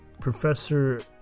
Professor